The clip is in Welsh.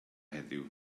heddiw